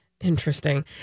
Interesting